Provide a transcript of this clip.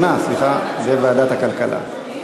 לוועדת הכלכלה נתקבלה.